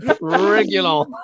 Regular